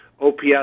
OPS